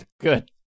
good